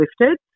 lifted